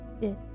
Yes